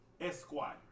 Esquire